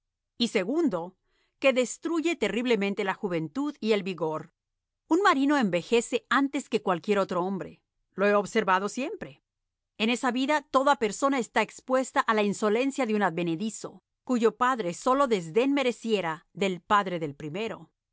y segundo que destruye terriblemente la juventud y el vigor un marino envejece antes que cualquier otro hombre lo he observado siempre en esa vida toda persona está expuesta a la insolencia de un advenedizo cuyo padre sólo desdén mereciera del padre del primero